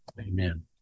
Amen